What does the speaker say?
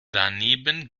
daneben